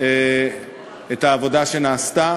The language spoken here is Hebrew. העבודה שנעשתה